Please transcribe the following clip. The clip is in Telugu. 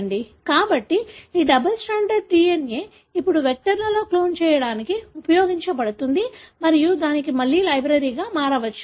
కాబట్టి ఈ డబుల్ స్ట్రాండెడ్ DNA ఇప్పుడు వెక్టర్లలో క్లోన్ చేయడానికి ఉపయోగించ బడుతుంది మరియు దానిని మళ్లీ లైబ్రరీగా మార్చవచ్చు